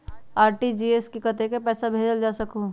RTGS से कतेक पैसा भेजल जा सकहु???